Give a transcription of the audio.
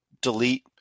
delete